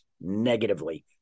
negatively